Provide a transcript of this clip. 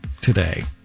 today